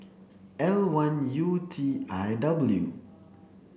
L one U T I W